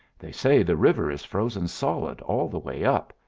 they say the river is frozen solid all the way up,